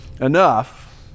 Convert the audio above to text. enough